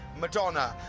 madonna,